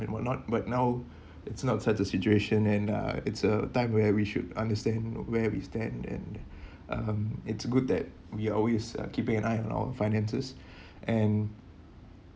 and what not but now it's not such a situation and uh it's a time where we should understand where we stand and um it's good that we always uh keeping an eye on finances and